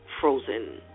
frozen